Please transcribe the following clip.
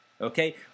okay